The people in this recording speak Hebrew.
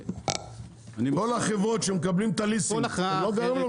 כל החברות שמקבלים את הליסינג, גם לא משלמים.